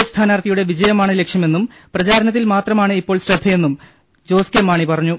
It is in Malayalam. എഫ് സ്ഥാനാർത്ഥിയുടെ വിജ യമാണ് ലക്ഷ്യമെന്നും പ്രചാരണത്തിൽ മാത്രമാണ് ഇപ്പോൾ ശ്രദ്ധ യെന്നും ജോസ് കെ മാണി പറഞ്ഞു